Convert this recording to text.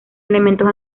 elementos